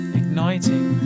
igniting